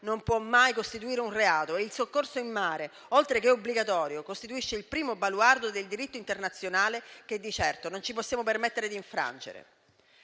non può mai costituire un reato e il soccorso in mare, oltre che obbligatorio, costituisce il primo baluardo del diritto internazionale, che di certo non possiamo permetterci di infrangere.